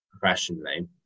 professionally